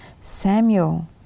Samuel